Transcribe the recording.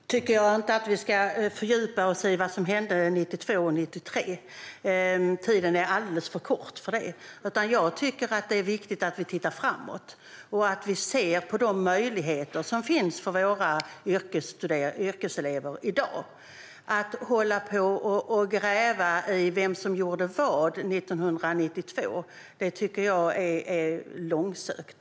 Fru talman! Jag tycker inte att vi ska fördjupa oss i vad som hände 1992 och 1993. Tiden är alldeles för kort för det. Jag tycker att det är viktigt att vi tittar framåt och ser på de möjligheter som finns för våra yrkeselever i dag. Att hålla på och gräva i vem som gjorde vad 1992 tycker jag är långsökt.